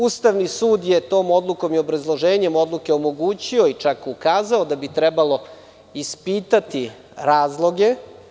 Ustavni sud je tom odlukom i obrazloženjem odluke omogućio i čak ukazao da bi trebalo ispitati razloge.